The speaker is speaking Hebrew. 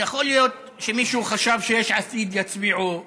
יכול להיות שמישהו חשב שיש עתיד יצביעו נגד.